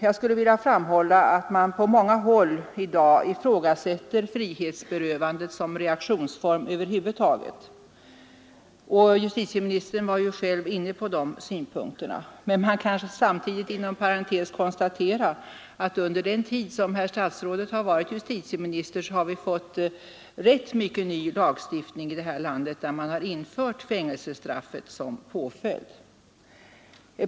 Och då vill jag framhålla att man på många håll i dag ifrågasätter frihetsberövandet som reaktionsform över huvud taget. Justitieministern var också inne på de synpunkterna. Men man kan kanske samtidigt inom parentes sagt konstatera att vi här i landet under den tid som herr statsrådet varit justitieminister fått rätt mycket ny lagstiftning där fängelsestraff införts som påföljd.